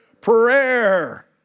Prayer